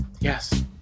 Yes